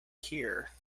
here